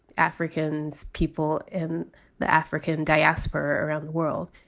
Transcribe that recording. african so people in the african diaspora around the world,